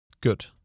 Good